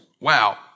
Wow